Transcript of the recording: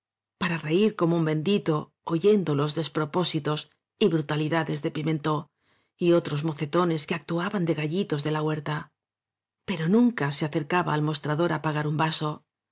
para reir como un bendito oyendo los despropósitos y brutalidades de pimcntó y otros mocetones que actuaban de gallitos de la huerta pero nunca se acercaba al mostrador á pagar un vaso